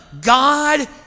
God